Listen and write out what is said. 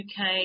UK